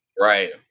right